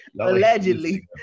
Allegedly